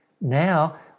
now